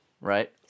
right